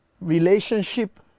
relationship